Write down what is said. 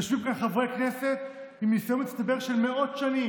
יושבים כאן חברי כנסת עם ניסיון מצטבר של מאות שנים,